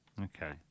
Okay